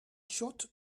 short